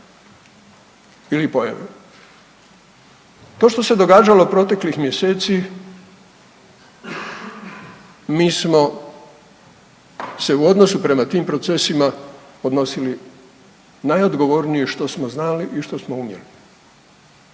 ili … To što se događalo proteklih mjeseci mi smo se u odnosu prema tim procesima odnosili najodgovornije što smo znali i što smo umjeli,